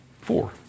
four